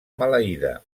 maleïda